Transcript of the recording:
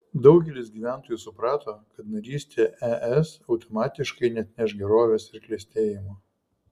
daugelis gyventojų suprato kad narystė es automatiškai neatneš gerovės ir klestėjimo